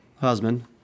husband